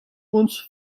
uns